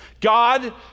God